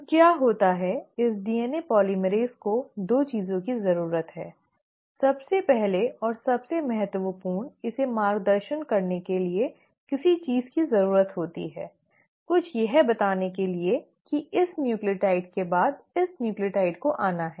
तो क्या होता है इस DNA polymerase को 2 चीजों की जरूरत है सबसे पहले और सबसे महत्वपूर्ण इसे मार्गदर्शन करने के लिए किसी चीज की जरूरत होती है कुछ यह बताने के लिए कि इस न्यूक्लियोटाइड के बाद इस न्यूक्लियोटाइड को आना है